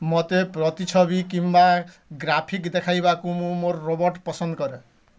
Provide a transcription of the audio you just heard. ମୋତେ ପ୍ରତିଛବି କିମ୍ବା ଗ୍ରାଫିକ୍ ଦେଖାଇବାକୁ ମୁଁ ମୋର ରୋବୋଟ୍ ପସନ୍ଦ କରେ